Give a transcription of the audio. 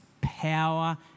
power